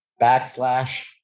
backslash